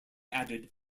added